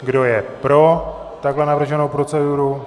Kdo je pro takhle navrženou proceduru?